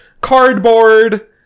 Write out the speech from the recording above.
cardboard